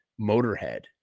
Motorhead